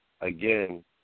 again